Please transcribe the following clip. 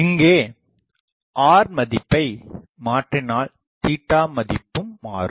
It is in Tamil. இங்கே r மதிப்பை மாற்றினால் மதிப்பும் மாறும்